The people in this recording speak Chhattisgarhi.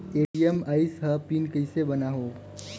ए.टी.एम आइस ह पिन कइसे बनाओ?